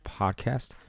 podcast